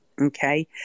Okay